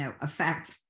affect